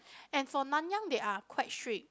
and for Nanyang they are quite strict